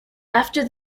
after